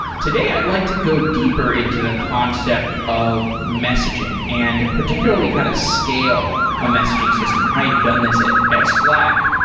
today i'd like to go deeper into the concept of messaging and particularly how to scale a messaging system and how you've done this at at slack.